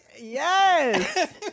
Yes